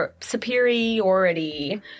superiority